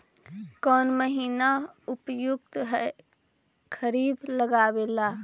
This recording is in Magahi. कौन महीना उपयुकत है खरिफ लगावे ला?